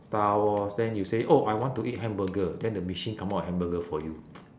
star wars then you say oh I want to eat hamburger then the machine come out a hamburger for you